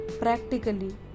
practically